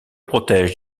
protège